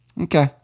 Okay